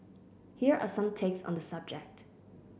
here are some takes on the subject